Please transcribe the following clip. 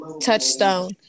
Touchstone